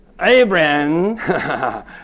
Abraham